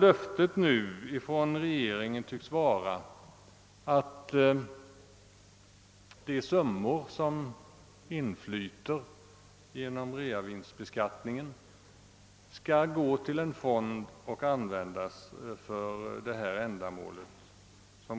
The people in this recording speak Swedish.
Löftet nu från regeringen tycks vara att de summor som inflyter genom realisationsvinstbeskattningen skall gå till en fond och användas för detta ändamål.